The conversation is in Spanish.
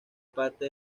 parte